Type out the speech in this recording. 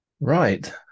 Right